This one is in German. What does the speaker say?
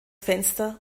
fenster